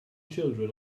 children